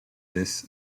this